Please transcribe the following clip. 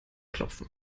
klopfen